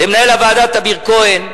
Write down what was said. למנהל הוועדה טמיר כהן,